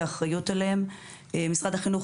משרד החינוך,